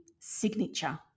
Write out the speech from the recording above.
signature